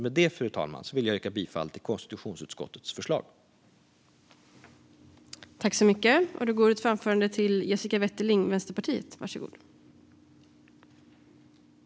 Med det, fru talman, vill jag yrka bifall till konstitutionsutskottets förslag till beslut.